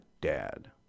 dad